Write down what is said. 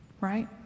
right